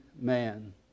man